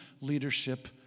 leadership